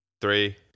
three